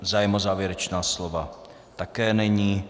Zájem o závěrečná slova také není.